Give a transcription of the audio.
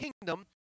kingdom